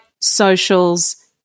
socials